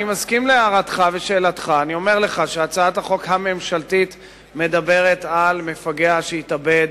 אני אומר לך שהצעת החוק הממשלתית מדברת על מפגע שהתאבד